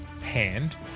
hand